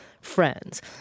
friends